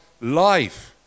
life